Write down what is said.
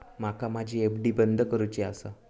माका माझी एफ.डी बंद करुची आसा